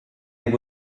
and